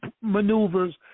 maneuvers